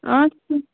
आ